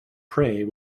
prey